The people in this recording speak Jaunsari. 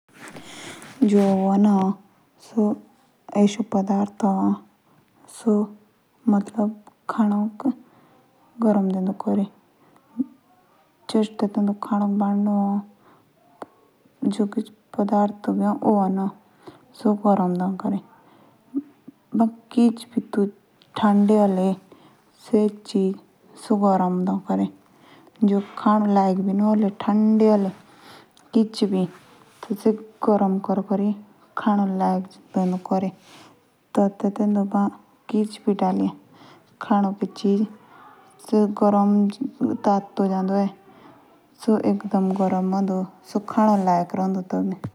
जो ओन ए। से ततेका इस्तेमामल जे खानक गर्म क्रनक कर ओर ते तेतु दे। से भी अच्छों आओ।